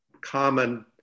common